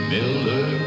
Miller